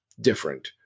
different